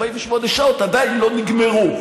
48 השעות עדיין לא נגמרו.